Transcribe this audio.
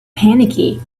panicky